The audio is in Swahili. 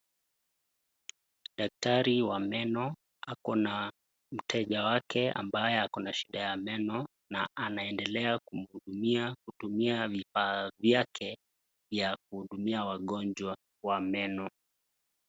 Daktari wa meno, akona mteja wake, ambaye akona shida ya meno na anaendelea kumhudumia, kutumia vifaa vyake vya kuhudumia wagonjwa wa meno.